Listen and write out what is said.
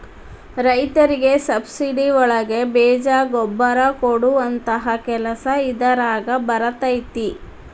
ರೈತರಿಗೆ ಸಬ್ಸಿಡಿ ಒಳಗೆ ಬೇಜ ಗೊಬ್ಬರ ಕೊಡುವಂತಹ ಕೆಲಸ ಇದಾರಗ ಬರತೈತಿ